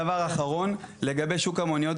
הדבר האחרון הוא לגבי שוק המוניות,